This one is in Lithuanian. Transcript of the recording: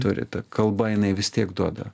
turi ta kalba jinai vis tiek duoda